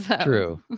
True